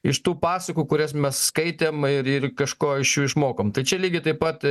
iš tų pasakų kurias mes skaitėm ir ir kažko iš jų išmokom tai čia lygiai taip pat